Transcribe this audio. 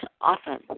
often